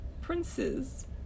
princes